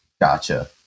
Gotcha